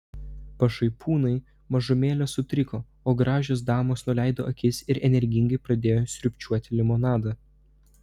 pašaipūnai mažumėlę sutriko o gražios damos nuleido akis ir energingai pradėjo sriubčioti limonadą